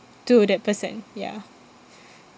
to that person ya